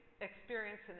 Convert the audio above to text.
experience